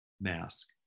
mask